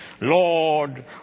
Lord